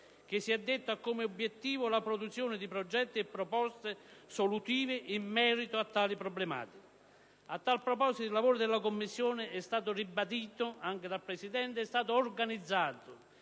che, si è detto, ha come obiettivo la produzione di progetti e proposte solutive in merito a tali problematiche. A tal proposito, il lavoro della Commissione, come è stato ribadito anche dal Presidente, è stato organizzato